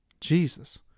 Jesus